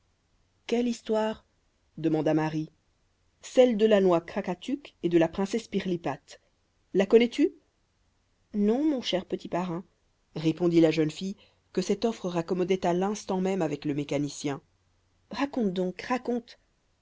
quelle histoire demanda marie celle de la noix krakatuk et de la princesse pirlipate la connais-tu non mon cher petit parrain répondit la jeune fille que cette offre raccommodait à l'instant même avec le mécanicien raconte donc raconte